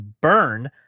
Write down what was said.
burn